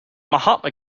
mahatma